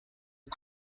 had